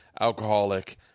alcoholic